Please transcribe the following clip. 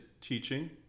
teaching